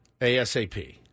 ASAP